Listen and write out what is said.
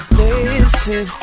listen